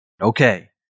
Okay